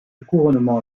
couronnement